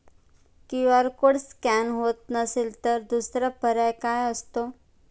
QR code scan होत नसेल तर दुसरा पर्याय काय असतो?